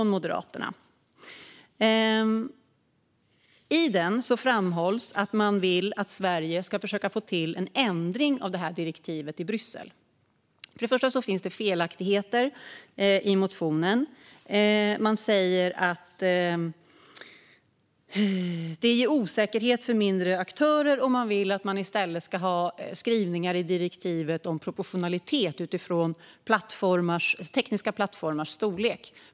I Moderaternas motion framhålls att man vill att Sverige ska försöka få till en ändring av direktivet i Bryssel. För det första finns det felaktigheter i motionen. Man säger att det ger osäkerhet för mindre aktörer, och man vill att det i stället ska vara skrivningar i direktivet om proportionalitet utifrån tekniska plattformars storlek.